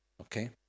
Okay